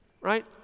Right